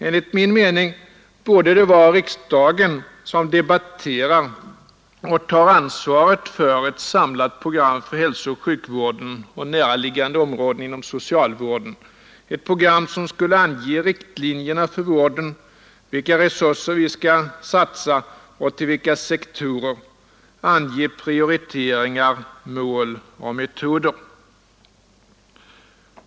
Enligt min mening borde det vara riksdagen som debatterar och tar ansvaret för ett samlat program för hälsooch sjukvården och näraliggande områden inom socialvården, ett program som skulle ange riktlinjerna för vården, vilka resurser vi skall satsa och till vilka sektorer, ange prioriteringar, mål och metoder.